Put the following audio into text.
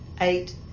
eight